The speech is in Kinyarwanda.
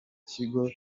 kigo